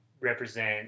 represent